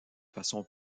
façon